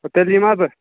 تہٕ تیٚلہِ یِما بہٕ